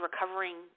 recovering